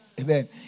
Amen